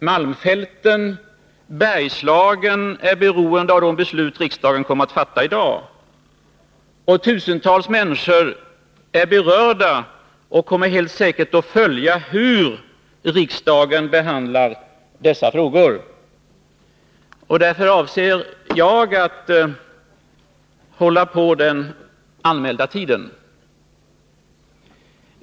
Malmfälten och Bergslagen är beroende av de beslut riksdagen kommer att fatta i dag. Tusentals människor är berörda och kommer helt säkert att följa hur riksdagen behandlar dessa frågor. Därför avser jag att tala den anmälda tiden.